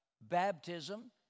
baptism